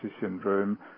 syndrome